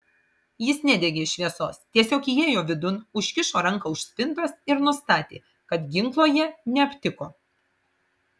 jis nedegė šviesos tiesiog įėjo vidun užkišo ranką už spintos ir nustatė kad ginklo jie neaptiko